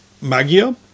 magia